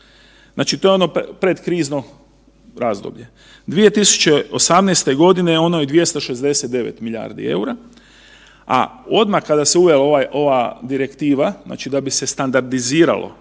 znači to je ono pred krizno razdoblje. 2018. ono je 269 milijardi eura, a odmah kada se uvela ova direktiva, znači da bi se standardiziralo